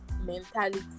mentality